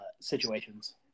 situations